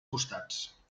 costats